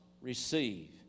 receive